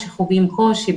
שחווים קושי,